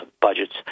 budgets